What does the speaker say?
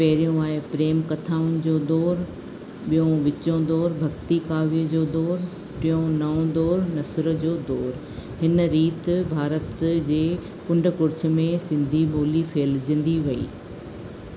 पहिरियों आहे प्रेम कथाउनि जो दौर ॿियों विचो दौर भक्ति काव्य जो दौर टियों नओं दौर नसरु जो दौर हिन रीत भारत जे कुंड कुर्छ में सिंधी ॿोली फहिलजंदी वेई